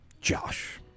Josh